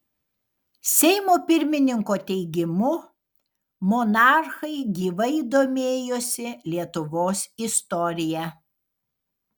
seimo pirmininko teigimu monarchai gyvai domėjosi lietuvos istorija